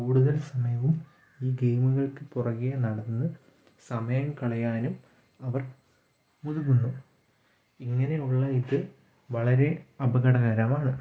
കൂടുതൽ സമയം ഈ ഗെയിമുകൾക്ക് പുറകെ നടന്നു സമയം കളയാനും അവർ മുതിരുന്നു ഇങ്ങനെയുള്ള ഇതു വളരെ അപകടകരമാണ്